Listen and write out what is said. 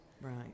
Right